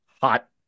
hot